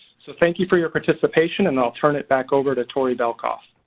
so thank you for your participation and i'll turn it back over to tori velkoff.